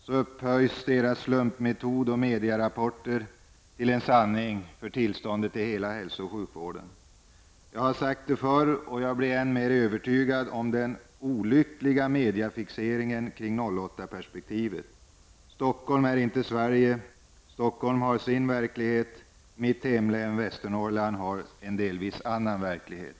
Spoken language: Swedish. Sedan upphöjs den här slumpmetoden och mediernas rapporter till en sanning beträffande tillståndet i hela hälso och sjukvården. Jag upprepar vad jag har sagt tidigare, eftersom jag blir alltmer övertygad på den punkten. Det gäller medias olyckliga fixering vid 08-perspektivet. Stockholm är inte Sverige. Stockholm har sin verklighet. Mitt hemlän, Västernorrlands län, har delvis en annan verklighet.